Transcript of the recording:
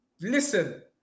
listen